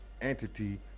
entity